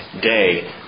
day